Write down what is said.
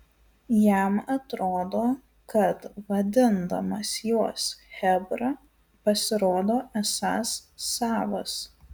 jam atrodo kad vadindamas juos chebra pasirodo esąs savas